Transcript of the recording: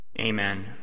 Amen